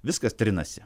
viskas trinasi